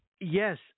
yes